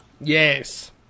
Yes